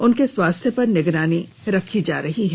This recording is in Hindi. उनके स्वास्थ्य पर निगरानी रखी जा रही है